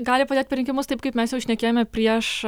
gali padėt per rinkimus taip kaip mes jau šnekėjome prieš